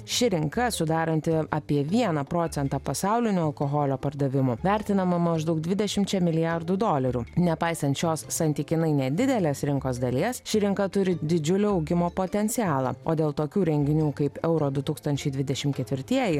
ši rinka sudaranti apie vieną procentą pasaulinio alkoholio pardavimų vertinama maždaug dvidešimčia milijardų dolerių nepaisant šios santykinai nedidelės rinkos dalies ši rinka turi didžiulį augimo potencialą o dėl tokių renginių kaip euro du tūkstančiai dvidešimt ketvirtieji